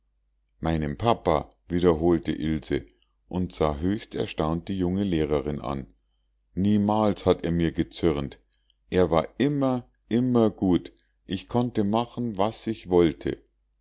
meinem papa wiederholte ilse und sah höchst erstaunt die junge lehrerin an niemals hat er mir gezürnt er war immer immer gut ich konnte machen was ich wollte